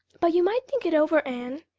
but you might think it over, anne.